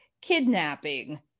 kidnapping